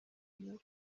y’u